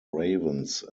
ravens